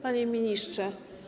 Panie Ministrze!